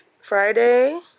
Friday